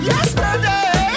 Yesterday